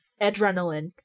adrenaline